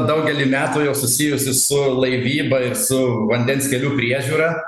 daugelį metų jau susijusi su laivyba ir su vandens kelių priežiūra